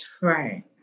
right